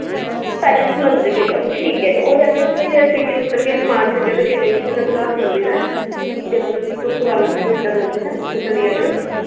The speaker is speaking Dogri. पैह्ले तुस मंदर गै जाओ ठीक ऐ ते ओह्दे आस्तै तुसें जिल्लै सिटी उतरगे समान छड्डियै उत्थै गै रघुनाथ मंदर ऐ जम्मू दा सबतो पुराना सबतो बड्डा मंदर ऐ उत्थै चली जायो